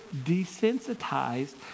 desensitized